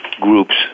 groups